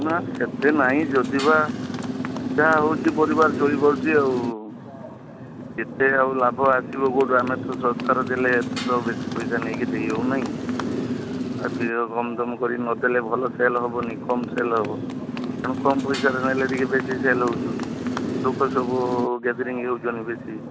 ନା ସେତେ ନାହିଁ ଯଦିବା ଯାହାହେଉଛି ପରିବାର ଚଳିପାରୁଛି ଆଉ କେତେ ଆଉ ଲାଭ ଆସିବ କେଉଁଠୁ ଆମେ ତ ଶସ୍ତାରେ ଦେଲେ ଏତେ ତ ଆଉ ବେଶି ପଇସା ଦେଇ ହଉନାହିଁ ଅଧିକ କମ୍ ଦାମ୍ କରିକି ନଦେଲେ ଭଲ ସେଲ୍ ହବନି କମ୍ ସେଲ୍ ହବ ତେଣୁ କମ୍ ପଇସାରେ ନେଲେ ଟିକିଏ ବେଶି ସେଲ୍ ହଉଛୁ ଲୋକସବୁ ଗ୍ୟାଦ୍ରିଙ୍ଗ ହେଉଛନ୍ତି ବେଶି